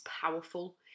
powerful